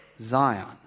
Zion